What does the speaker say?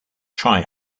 try